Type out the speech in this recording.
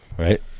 Right